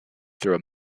through